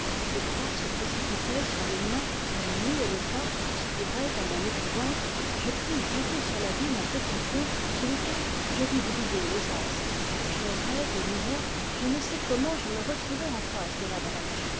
des pas se précipitaient sur les miens la nuit et le parc conspiraient à mon épouvante je crus jeté sur l'abîme un petit pont sous lequel je vis briller les astres j'errai de nouveau je ne sais comment je me retrouvai en face de la brèche